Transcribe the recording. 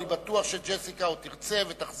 ואני בטוח שג'סיקה עוד תרצה ותחזור